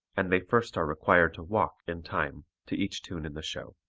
and they first are required to walk in time to each tune in the show.